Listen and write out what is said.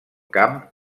camp